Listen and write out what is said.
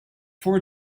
four